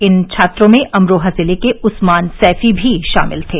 इन छात्रों में अमरोहा जिले के उस्मान सैफी भी शामिल थे